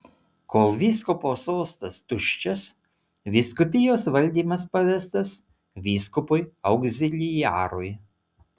kol vyskupo sostas tuščias vyskupijos valdymas pavestas vyskupui augziliarui